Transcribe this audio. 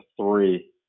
three